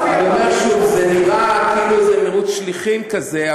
אני אומר שזה נראה כאילו זה מירוץ שליחים כזה,